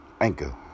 Anchor